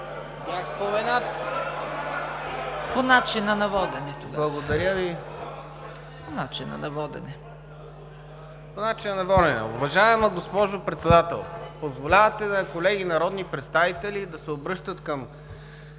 По начина на водене.